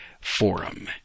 Forum